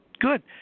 Good